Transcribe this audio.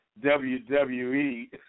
WWE